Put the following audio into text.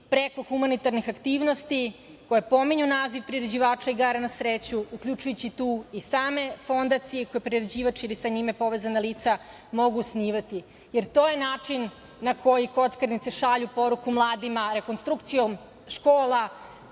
preko humanitarnih aktivnosti koje pominju naziv priređivača igara na sreću, uključujući tu i same fondacije koje priređivač ili sa njime povezana lica mogu osnivati, jer to je način na koji kockarnice šalju poruku mladima, rekonstrukcijom škola,